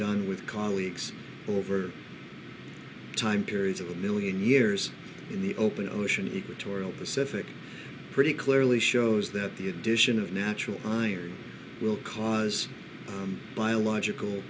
done with colleagues over time periods of a million years in the open ocean equatorial pacific pretty clearly shows that the addition of natural iron will cause biological